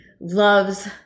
loves